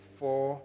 four